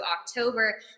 October